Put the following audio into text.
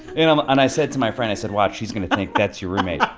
and um and i said to my friend, i said, watch, she's going to think that's your roommate.